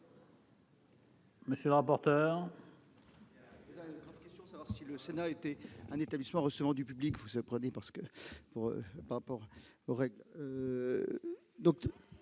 monsieur le rapporteur